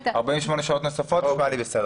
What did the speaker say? רגע, היושב-ראש, מה זה?